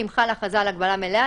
ואם חלה הכרזה על הגבלה מלאה,